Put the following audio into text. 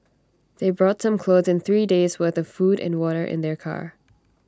they brought some clothes and three days' worth of food and water in their car